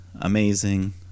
amazing